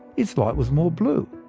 its light was more blue.